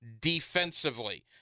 defensively